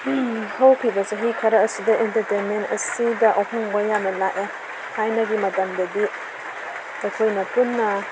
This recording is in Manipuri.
ꯍꯧꯈꯤꯕ ꯆꯍꯤ ꯈꯔ ꯑꯁꯤꯗ ꯏꯟꯇꯔꯇꯦꯟꯃꯦꯟ ꯑꯁꯤꯗ ꯑꯍꯣꯡꯕ ꯌꯥꯝꯅ ꯂꯥꯛꯑꯦ ꯊꯥꯏꯅꯒꯤ ꯃꯇꯝꯗꯗꯤ ꯑꯩꯈꯣꯏꯅ ꯄꯨꯟꯅ